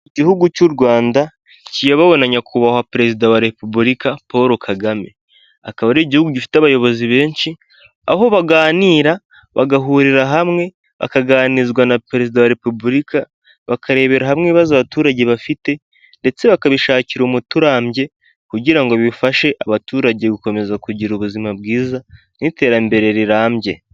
Igihugu cy'u rwanda kiyobowe na nyakubahwa perezida wa repubulika paul kagame akaba ari igihugu gifite abayobozi benshi aho baganira bagahurira hamwe bakaganizwa na perezida wa repubulika bakarebera hamwe ibibazo abaturage bafite ndetse bakabishakira umuti urambye kugira ngo bifashe abaturage gukomeza kugira ubuzima bwiza n'iterambere rirambye.